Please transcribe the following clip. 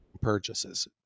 purchases